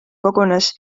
kogunes